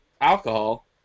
alcohol